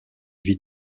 vie